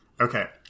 Okay